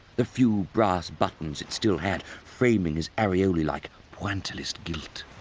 the few brass buttons it still had framing his areolae like pointillist gilt.